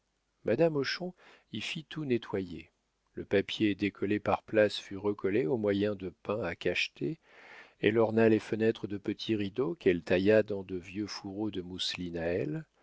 madame hochon y fit tout nettoyer le papier décollé par places fut recollé au moyen de pains à cacheter elle orna les fenêtres de petits rideaux qu'elle tailla dans de vieux fourreaux de mousseline à elle